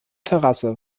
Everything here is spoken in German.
terrasse